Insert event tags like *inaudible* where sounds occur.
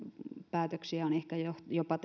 päätöksiä on tehty ehkä jopa *unintelligible*